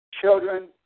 Children